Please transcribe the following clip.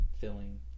filling